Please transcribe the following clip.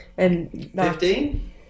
Fifteen